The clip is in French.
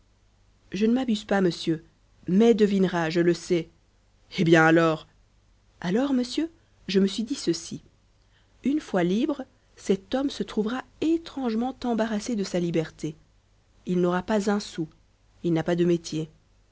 je ne m'abuse pas monsieur mai devinera je le sais eh bien alors alors monsieur je me suis dit ceci une fois libre cet homme se trouvera étrangement embarrassé de sa liberté il n'aura pas un sou il n'a pas de métier